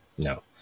No